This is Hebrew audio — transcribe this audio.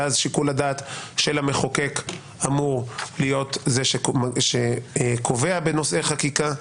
ואז שיקול הדעת של המחוקק אמור להיות זה שקובע בנושאי חקיקה.